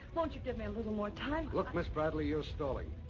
won't you give me a little more time. look, miss bradley, you're stalling.